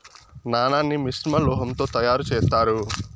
నాణాన్ని మిశ్రమ లోహం తో తయారు చేత్తారు